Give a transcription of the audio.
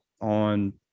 on